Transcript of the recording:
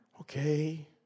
Okay